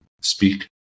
speak